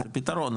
פתרון,